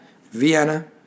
Vienna